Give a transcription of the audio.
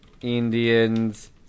Indians